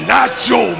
Nacho